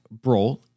Brol